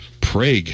Prague